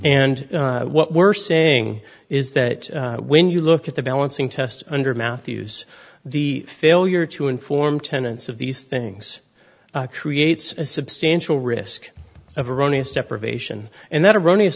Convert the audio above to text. and what we're saying is that when you look at the balancing test under matthews the failure to inform tenants of these things creates a substantial risk of erroneous deprivation and that erroneous